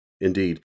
Indeed